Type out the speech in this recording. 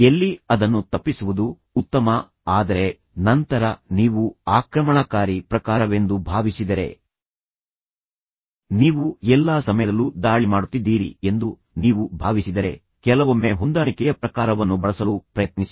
ಎಲ್ಲಿ ಅದನ್ನು ತಪ್ಪಿಸುವುದು ಉತ್ತಮ ಆದರೆ ನಂತರ ನೀವು ಆಕ್ರಮಣಕಾರಿ ಪ್ರಕಾರವೆಂದು ಭಾವಿಸಿದರೆ ನೀವು ಎಲ್ಲಾ ಸಮಯದಲ್ಲೂ ದಾಳಿ ಮಾಡುತ್ತಿದ್ದೀರಿ ಎಂದು ನೀವು ಭಾವಿಸಿದರೆ ಕೆಲವೊಮ್ಮೆ ಹೊಂದಾಣಿಕೆಯ ಪ್ರಕಾರವನ್ನು ಬಳಸಲು ಪ್ರಯತ್ನಿಸಿ